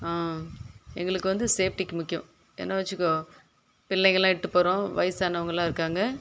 ஆ எங்களுக்கு வந்து சேஃப்டிக்கு முக்கியம் ஏன்னா வெச்சுக்கோ பிள்ளைங்கெல்லாம் இட்டு போகிறோம் வயசானவங்களாம் இருக்காங்க